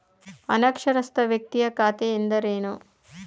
ಅನಕ್ಷರಸ್ಥ ವ್ಯಕ್ತಿಯ ಖಾತೆ ಎಂದರೇನು?